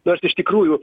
nors iš tikrųjų